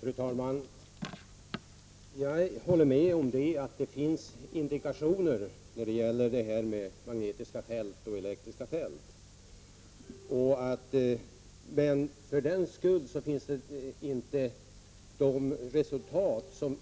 Fru talman! Jag håller med om att det finns indikationer när det gäller magnetiska och elektriska fält. Men det finns inte några resultat som